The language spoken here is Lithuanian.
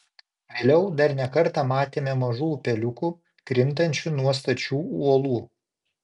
vėliau dar ne kartą matėme mažų upeliukų krintančių nuo stačių uolų